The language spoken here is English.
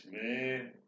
Man